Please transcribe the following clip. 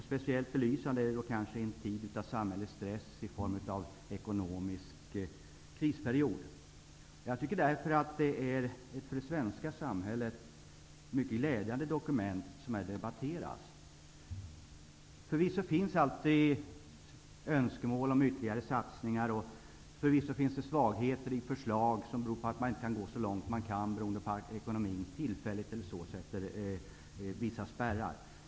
Speciellt belysande är hur detta sker i tider av samhällig stress som t.ex. i en ekonomisk krisperiod. Det är därför ett för det svenska samhället glädjande dokument som debatteras. Förvisso finns alltid önskemål om ytterligare satsningar. Förvisso finns svagheter i förslaget, dvs. förslaget är inte så långtgående eftersom ekonomin tillfälligt sätter vissa spärrar.